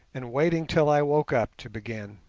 and waiting till i woke up to begin.